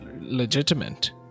legitimate